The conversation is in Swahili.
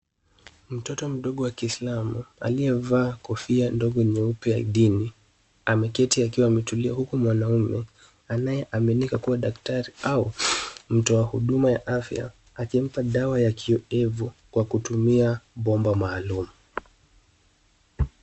Mtoto mdogo wa kiislamu, aliyevaa kofia ndogo nyeupe ya dini ameketi akiwa ametulia huku mwanaume anayeaminika kuwa daktari au mtoa huduma ya afya akimpa dawa ya kinyevu kwa kutumia bomba maalum.